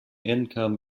income